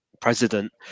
president